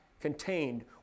contained